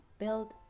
build